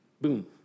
Boom